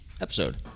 episode